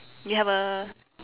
you have err